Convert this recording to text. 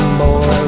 boy